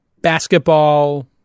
basketball